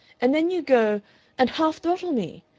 and then you go and half throttle me.